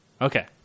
Okay